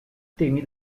temi